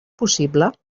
possible